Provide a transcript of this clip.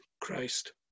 Christ